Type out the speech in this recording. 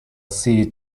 see